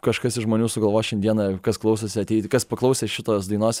kažkas iš žmonių sugalvos šiandieną kas klausosi ateiti kas paklausė šitos dainos